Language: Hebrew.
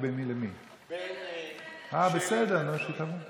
אני רוצה בראשית דבריי קודם כול לכבד את המשפחה ששכלה אתמול את